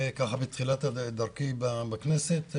בתחילת דרכי בכנסת,